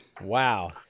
wow